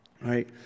right